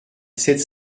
sept